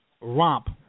romp